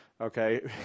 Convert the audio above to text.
okay